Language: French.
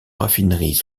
raffineries